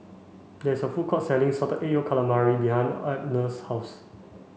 there is a food court selling salted egg yolk calamari behind Abner's house